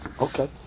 Okay